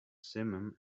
simum